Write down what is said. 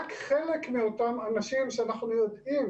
רק חלק מאותם אנשים שאנחנו יודעים